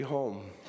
home